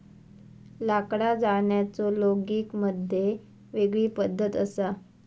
लाकडा जाळण्याचो लोगिग मध्ये वेगळी पद्धत असा